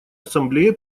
ассамблея